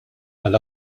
għal